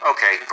Okay